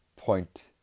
point